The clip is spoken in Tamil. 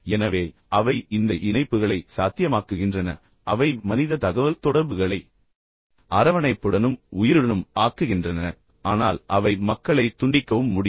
எனவே அவை இந்த இணைப்புகளை சாத்தியமாக்குகின்றன அவை மனித தகவல்தொடர்புகளை அரவணைப்புடனும் உயிருடனும் ஆக்குகின்றன ஆனால் அவை மக்களைத் துண்டிக்கவும் முடியும்